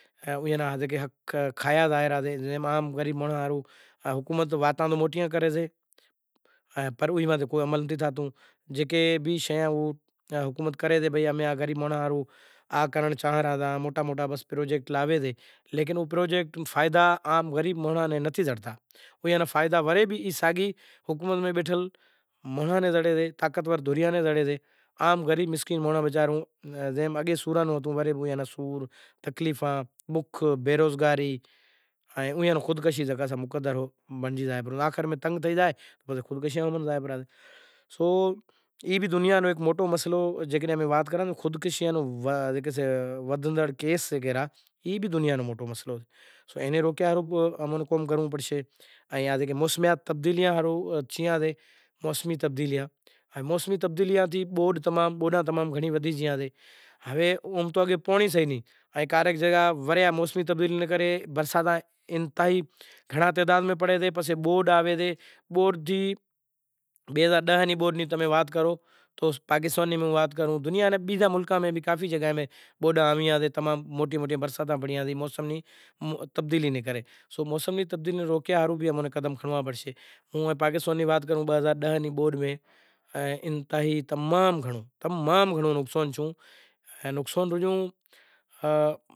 ہے زکے اینا حق کھایا زایا ریں ان غریب مانڑو ہاروں حکومت واتیاں تو موٹیاں کرے ائیں پر اینی وات تے کوئی عمل نتھی تھاتو، حکمران پروجیکٹ لائیں ریا تو فائدا غریب مانڑو ناں نتھی زڑتا۔ تو فائدا ورے بھی ساگی طاقتور مانڑاں ناں زڑیں سیں زکو اگے ئی حکومت میں سے غریب مانڑو وسارو اگے بھی سوراں میں ہتو او صفا بکھ بیروزگاری ان خودکشی بس مقدر بنڑجی زائے پرہو تو آخر میں تنگ تھے زائے تو شودکشیاں کن زائیں پرہا۔ ای بھی دنیا نو ہیک موٹو مسئلو جے وات کراں تو ودھندڑ کیس جیکے ریا ای بھی دنیا نو موٹو مسئلو سے ای بھی روکیا ہاروں اماں نیں کائیں کرنڑو پڑشے ائیں موسمی تبدیلیاں روں بھی ہیک مسئلو سے۔ ائیں تمام گھنڑو نقصان تھیوں